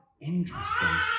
interesting